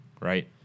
Right